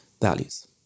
values